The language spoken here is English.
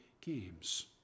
games